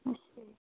ਅੱਛਾ ਜੀ